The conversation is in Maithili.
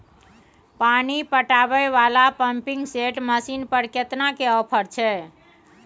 पानी पटावय वाला पंपिंग सेट मसीन पर केतना के ऑफर छैय?